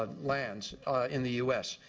lands in the u s.